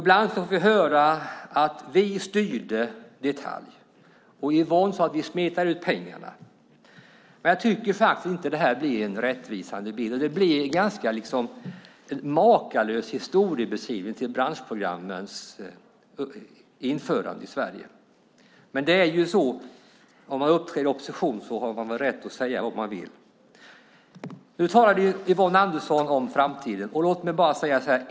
Ibland får vi höra att vi styrde i detalj. Yvonne Andersson sade att vi smetar ut pengarna. Men jag tycker faktiskt inte att detta är en rättvisande bild. Det blir en makalös historiebeskrivning av branschprogrammens införande i Sverige. Men om man uppträder i opposition har man väl rätt att säga vad man vill. Yvonne Andersson talade om framtiden. Jag vill bara säga en sak.